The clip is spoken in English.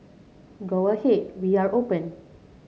go ahead we are open